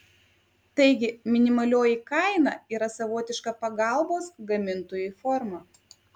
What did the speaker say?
taigi minimalioji kaina yra savotiška pagalbos gamintojui forma